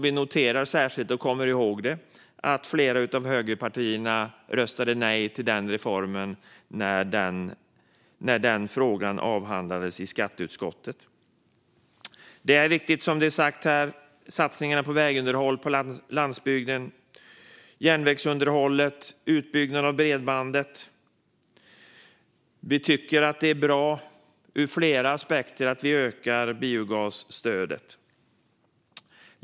Vi kommer ihåg att flera av högerpartierna röstade nej till den reformen när den frågan avhandlades i skatteutskottet. Det är riktigt som det har sagts här att det har satsats på vägunderhåll på landsbygden, järnvägsunderhåll och utbyggnad av bredband. Det är ur flera aspekter bra att vi ökar biogasstödet.